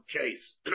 case